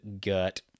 gut